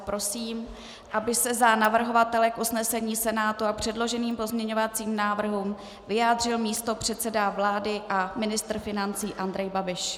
Prosím, aby se za navrhovatele k usnesení Senátu a k předloženým pozměňovacím návrhům vyjádřil místopředseda vlády a ministr financí Andrej Babiš.